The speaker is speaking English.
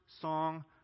song